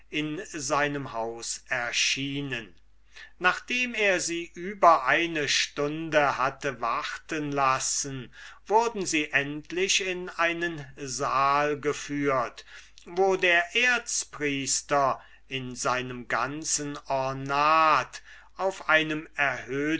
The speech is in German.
in seinem haus erschienen nachdem er sie über eine stunde hatte warten lassen wurden sie endlich in einen saal geführt wo der erzpriester in seinem ganzen ornat auf einem erhöhten